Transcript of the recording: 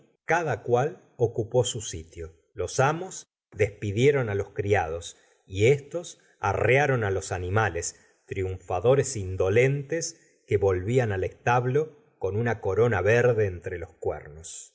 cada cual ocupó gustavo flaubert su sitio los amos despidieron á los criados y estos arrearon á los animales triunfadores indolentes que volvían al establo con una corona verde entre los cuernos